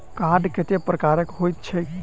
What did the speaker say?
Card कतेक प्रकारक होइत छैक?